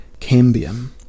cambium